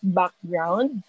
background